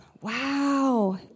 Wow